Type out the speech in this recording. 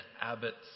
Abbott's